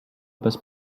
bez